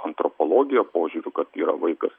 antropologijos požiūriu kad yra vaikas